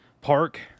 park